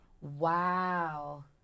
Wow